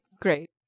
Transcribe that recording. Great